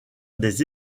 des